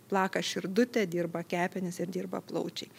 plaka širdutė dirba kepenys ir dirba plaučiai